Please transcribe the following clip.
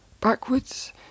backwards